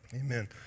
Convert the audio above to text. Amen